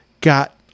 got